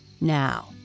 Now